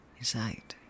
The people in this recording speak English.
inside